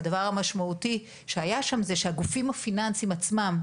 הדבר המשמעותי שהיה שם הוא שהגופים הפיננסיים עצם,